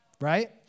Right